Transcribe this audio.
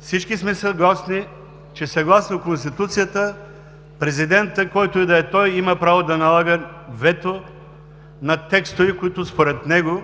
Всички сме съгласни, че съгласно Конституцията Президентът, които и да е той, има право да налага вето на текстове, които според него